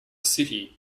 city